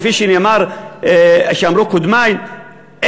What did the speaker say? כפי שאמרו קודמי,